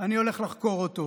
אני הולך לחקור אותו.